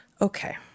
okay